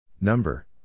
Number